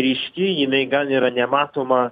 ryški jinai gan yra nematoma